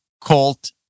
Colt